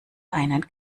einen